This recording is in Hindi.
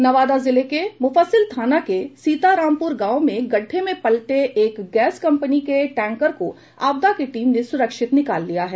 नवादा जिले के मुफ्फसिल थाना के सीतारामपुर गांव में गड्ढे में पलटे एक गैस कम्पनी के टैंकर को आपदा की टीम ने सुरक्षित निकाल लिया है